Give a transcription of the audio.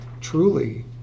truly